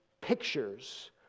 pictures